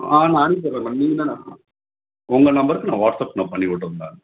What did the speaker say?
ஆ நான் அனுப்பிச்சிட்றேன் மேடம் நீங்கள் தான் உங்கள் நம்பருக்கு நான் வாட்ஸ்அப் நான் பண்ணிவிடுறேன்